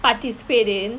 participate in